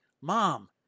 Mom